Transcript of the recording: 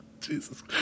Jesus